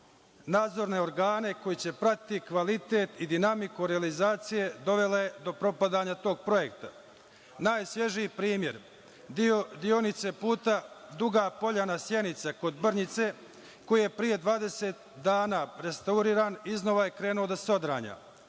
nadzorne organe koji će pratiti kvalitet i dinamiku realizacije dovela je do propadanja tog projekta. Najsvežiji primer, deonice puta Duga Poljana – Sjenica, kod Brnjice, koji je 20 dana restauriran, iznova je krenula da se odranja